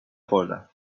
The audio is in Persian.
خوردم